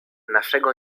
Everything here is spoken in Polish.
naszego